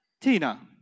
tina